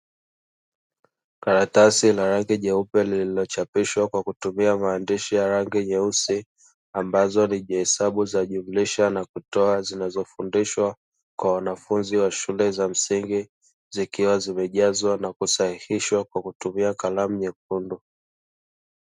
Karatasi la rangi jeupe lililochapishwa kwa kutumia maandishi ya rangi nyeusi, ambazo ni hesabu za jumlisha na kutoa zinazofundishwa kwa wanafunzi wa shule za msingi, zikiwa zimejazwa na kusahihishwa kwa kutumia kalamu nyekundu.